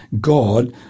God